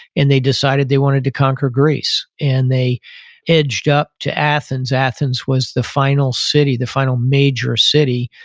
and they decided they wanted to conquer greece and they edged up to athens. athens was the final city, the final major city.